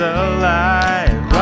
alive